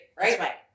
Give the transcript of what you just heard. right